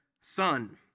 son